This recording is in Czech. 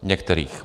Některých.